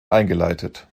eingeleitet